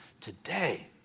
Today